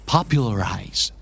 Popularize